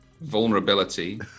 vulnerability